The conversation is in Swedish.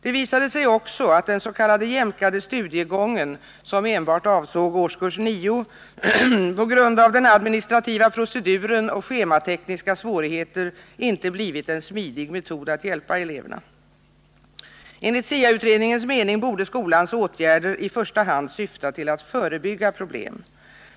Det visade sig också att den s.k. jämkade studiegången, som enbart avsåg årskurs 9, på grund av den administrativa proceduren och schematekniska svårigheter inte blivit en smidig metod att hjälpa eleverna. Enligt SIA-utredningens mening borde skolans åtgärder i första hand syfta tillatt förebygga problem.